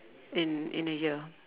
in in a year